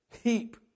Heap